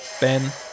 Ben